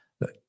Look